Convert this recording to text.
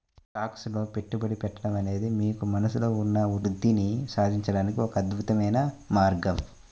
stocks లో పెట్టుబడి పెట్టడం అనేది మీకు మనస్సులో ఉన్న వృద్ధిని సాధించడానికి ఒక అద్భుతమైన మార్గం